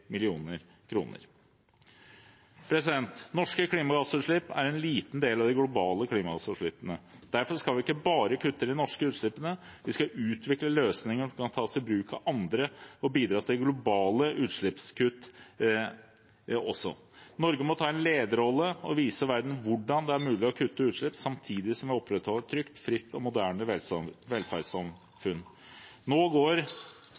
Norske klimagassutslipp er en liten del av de globale klimagassutslippene. Derfor skal vi ikke bare kutte de norske utslippene; vi skal utvikle løsninger som skal tas i bruk av andre, og også bidra til globale utslippskutt. Norge må ta en lederrolle og vise verden hvordan det er mulig å kutte utslipp, samtidig som vi opprettholder et trygt, fritt og moderne velferdssamfunn. Nå går